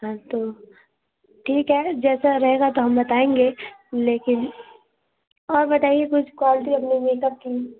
हाँ तो ठीक है जैसा रहेगा तो हम बताएँगे लेकिन और बताइए कुछ क्वालिटी अपने मेकअप की